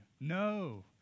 No